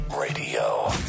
Radio